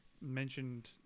mentioned